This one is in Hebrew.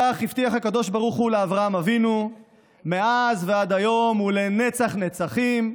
כך הבטיח הקדוש ברוך הוא לאברהם אבינו מאז ועד היום ולנצח נצחים.